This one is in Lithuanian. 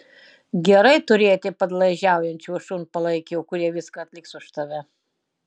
gerai turėti padlaižiaujančių šunpalaikių kurie viską atliks už tave